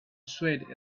swayed